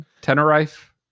Tenerife